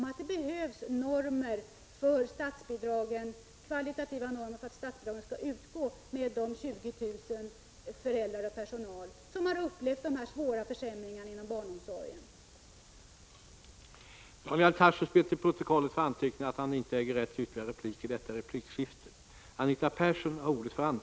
Att det behövs kvalitativa normer är vi och de 20 000 föräldrar och daghemsanställda som har upplevt försämringarna i barnomsorgen överens om.